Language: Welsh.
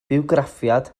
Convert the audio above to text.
bywgraffiad